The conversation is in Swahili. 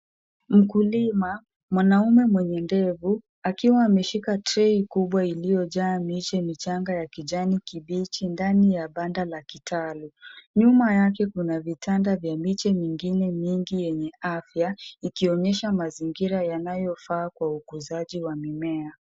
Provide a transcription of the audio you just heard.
Mkulima mwanaume mwenye ndevu akiwa ameshika trei kubwa iliyojaa miche michanga ya kijani kibichi ndani ya banda la kitaalum. Nyuma yake kuna vitanda vya miche mingine mingi yenye afya ikionyesha mazingira yanayofaa kwa ukuzaji wa mimea.